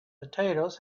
potatoes